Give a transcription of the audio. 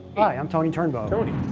yeah i'm tony burnbow. tony.